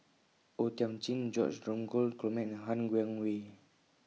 O Thiam Chin George Dromgold Coleman and Han Guangwei